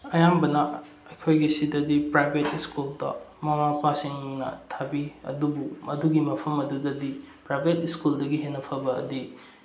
ꯑꯌꯥꯝꯕꯅ ꯑꯩꯈꯣꯏꯒꯤꯁꯤꯗꯗꯤ ꯄ꯭ꯔꯥꯏꯕꯦꯠ ꯁ꯭ꯀꯨꯜꯗ ꯃꯃꯥ ꯃꯄꯥꯁꯤꯡꯅ ꯊꯥꯕꯤ ꯑꯗꯨꯕꯨ ꯑꯗꯨꯒꯤ ꯃꯐꯝ ꯑꯗꯨꯗꯗꯤ ꯄ꯭ꯔꯥꯏꯕꯦꯠ ꯁ꯭ꯀꯨꯜꯗꯒꯤ ꯍꯦꯟꯅ ꯐꯕꯗꯤ